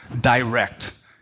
direct